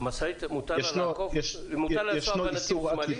משאית מותר לה לנסוע בנתיב שמאלי?